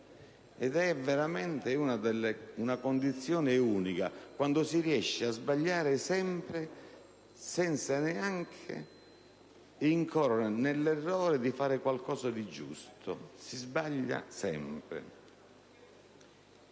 ed è veramente una condizione unica, quando si riesce a sbagliare sempre senza neanche incorrere nell'errore di fare qualcosa di giusto. Si sbaglia sempre.